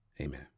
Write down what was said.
Amen